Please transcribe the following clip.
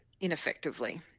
ineffectively